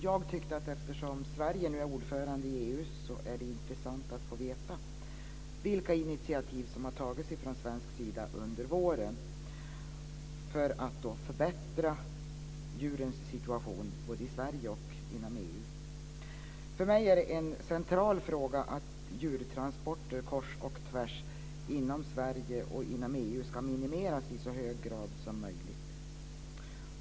Jag tyckte dock, eftersom Sverige nu är ordförande i EU, att det vore intressant att få veta vilka initiativ som har tagits från svensk sida under våren för att förbättra djurens situation, både i Sverige och inom EU. För mig är det en central fråga att djurtransporter kors och tvärs inom Sverige och EU ska minimeras i så hög grad som möjligt.